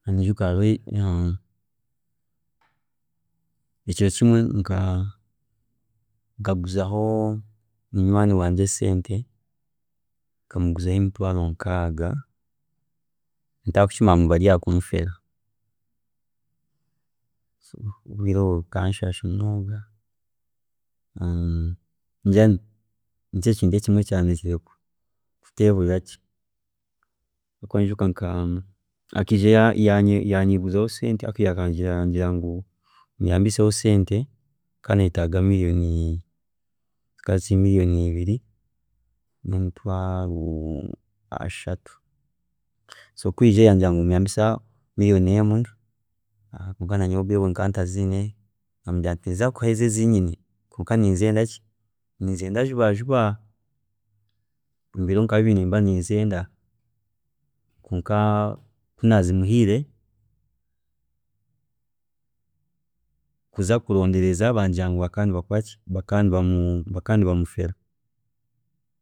﻿Ninyijuka abi hariho ekiro kimwe, nkaguzaho munywaani wangye esente, nkamuguzaho emitwaaro nkaaga ntari kukimanya nti bari ahakmunfera, obwire obwo bukanshaasha munonga ningira nikyakindi kimwe ekyandetiire kutehurira gye habwokuba ninyijuka nka, akeija yanyeguzaho sente akeija yangira ngu muyambiseho sente, akaba nayetaage million, zikaba ziri million ibiri nemitwaaro ashatu, so kuyiijire yangira ngu nyambisa million emwe habwokuba nanye obwiire obwe nkaba ntaziine, namugira nti ninyija kukuheereza ezi ezinyine kwonka ninzenda ki, ninzenda jubaa juba, omubiro nka bibiri ninza kuba ninzenda kwonka kunazimuhiire, kuza kurondereza, bangira ngu bakaba nibakoraki, bakaba nibamufera.